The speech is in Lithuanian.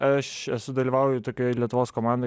aš esu dalyvauju tokioj lietuvos komandoj